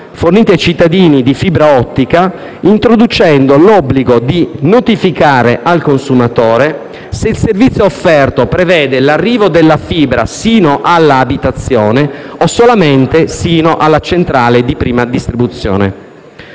forniti ai cittadini, introducendo l'obbligo di notificare al consumatore se il servizio offerto prevede l'arrivo della fibra sino all'abitazione o solamente sino alla centrale di prima distribuzione.